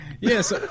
Yes